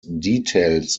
details